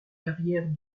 carrières